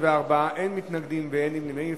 24 בעד, אין מתנגדים ואין נמנעים.